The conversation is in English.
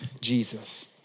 Jesus